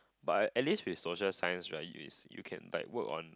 but at at least with social science right if is you can like work on